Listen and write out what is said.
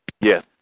Yes